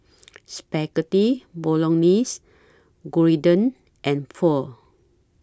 Spaghetti Bolognese Gyudon and Pho